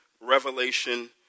Revelation